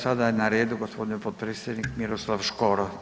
Sada je na redu gospodin potpredsjednik Miroslav Škoro.